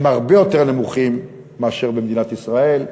הם הרבה יותר נמוכים מאשר במדינת ישראל,